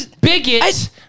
bigot